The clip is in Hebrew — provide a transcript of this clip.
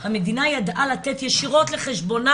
המדינה ידעה לתת ישירות לחשבונה